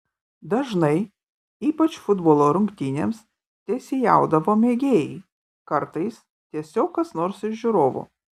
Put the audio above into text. dažnai ypač futbolo rungtynėms teisėjaudavo mėgėjai kartais tiesiog kas nors iš žiūrovų